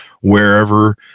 wherever